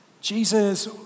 Jesus